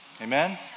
Amen